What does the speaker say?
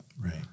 right